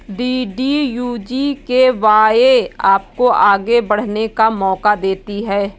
DDU GKY आपको आगे बढ़ने का मौका देती है